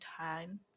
time